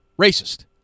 racist